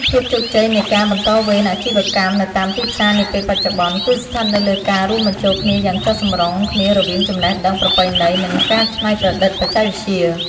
ភាពជោគជ័យនៃការបន្តវេនអាជីវកម្មនៅតាមទីផ្សារនាពេលបច្ចុប្បន្ន គឺស្ថិតនៅលើការរួមបញ្ចូលគ្នាយ៉ាងចុះសម្រុងគ្នារវាងចំណេះដឹងប្រពៃណី និងការច្នៃប្រឌិតបច្ចេកវិទ្យា។